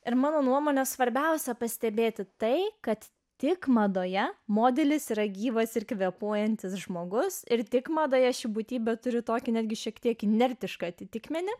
ir mano nuomone svarbiausia pastebėti tai kad tik madoje modelis yra gyvas ir kvėpuojantis žmogus ir tik madoje ši būtybė turi tokį netgi šiek tiek inertišką atitikmenį